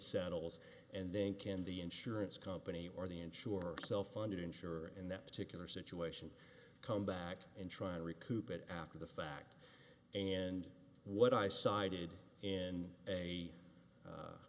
settles and then can the insurance company or the insurer self funded insurer in that particular situation come back and try to recoup it after the fact and what i cited in a